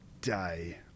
day